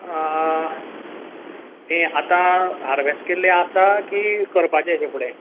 ते आतां हार्वेस केल्ले आसा की करपाचे हेजे फुडें